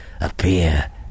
appear